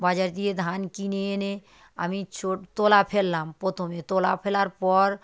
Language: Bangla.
বাজার দিয়ে ধান কিনে এনে আমি চোর তোলা ফেললাম প্রথমে তোলা ফেলার পর